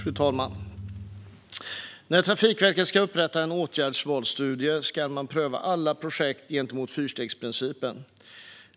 Fru talman! När Trafikverket ska upprätta en åtgärdsvalsstudie ska alla projekt prövas enligt fyrstegsprincipen.